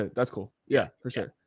and that's cool. yeah, for sure.